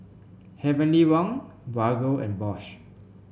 Heavenly Wang Bargo and Bosch